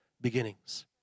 beginnings